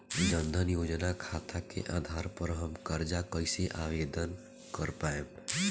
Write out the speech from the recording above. जन धन योजना खाता के आधार पर हम कर्जा कईसे आवेदन कर पाएम?